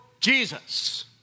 Jesus